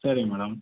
சரிங் மேடம்